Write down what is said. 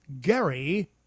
Gary